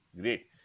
Great